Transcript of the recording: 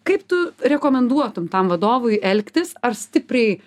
kaip tu rekomenduotum tam vadovui elgtis ar stipriai